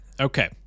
Okay